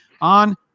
on